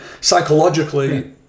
Psychologically